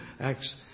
Acts